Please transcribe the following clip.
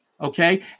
Okay